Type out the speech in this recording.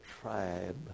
tribe